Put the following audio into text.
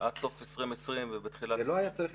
עד סוף 2020 ובתחילת --- איל,